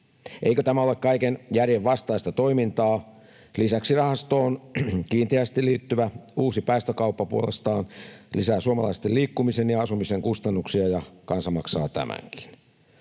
Eikö tämä ole kaiken järjen vastaista toimintaa? Lisäksi rahastoon kiinteästi liittyvä uusi päästökauppa puolestaan lisää suomalaisten liikkumisen ja asumisen kustannuksia, ja kansa maksaa tämänkin.